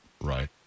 Right